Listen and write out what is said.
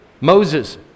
Moses